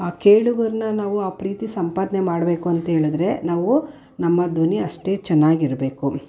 ಆ ಕೇಳುಗರನ್ನು ನಾವು ಆ ಪ್ರೀತಿ ಸಂಪಾದನೆ ಮಾಡಬೇಕು ಅಂತ್ಹೇಳಿದರೆ ನಾವು ನಮ್ಮ ಧ್ವನಿ ಅಷ್ಟೇ ಚೆನ್ನಾಗಿರಬೇಕು